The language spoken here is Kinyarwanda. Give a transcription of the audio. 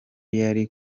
yari